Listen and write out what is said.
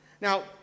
Now